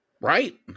Right